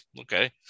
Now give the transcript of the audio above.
okay